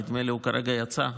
נדמה לי שהוא כרגע יצא,